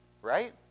Right